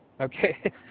Okay